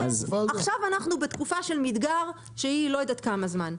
עכשיו אנחנו בתקופה של מדגר שהיא לא יודעת כמה זמן,